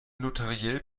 notariell